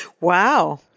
Wow